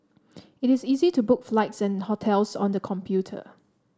it is easy to book flights and hotels on the computer